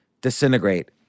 disintegrate